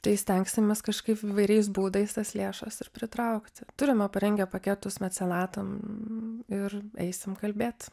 tai stengsimės kažkaip įvairiais būdais tas lėšas ir pritraukti turime parengę paketus mecenatam ir eisim kalbėt